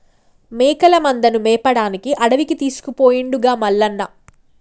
మేకల మందను మేపడానికి అడవికి తీసుకుపోయిండుగా మల్లన్న